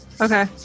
Okay